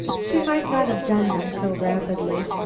she might not have done them so rapidly.